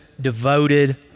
devoted